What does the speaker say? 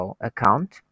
account